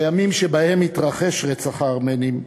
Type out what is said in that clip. בימים שבהם התרחש רצח הארמנים,